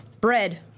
Bread